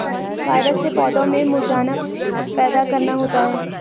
virus से पौधों में मुरझाना पैदा करना होता है